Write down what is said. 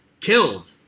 killed